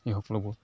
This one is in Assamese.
এই সকলোবোৰ